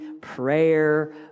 prayer